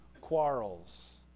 quarrels